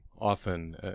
often